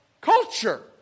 culture